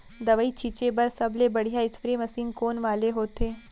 दवई छिंचे बर सबले बढ़िया स्प्रे मशीन कोन वाले होथे?